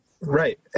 right